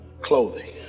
clothing